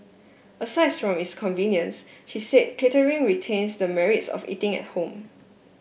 aside from its convenience she said catering retains the merits of eating at home